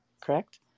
correct